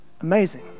Amazing